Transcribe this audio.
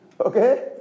Okay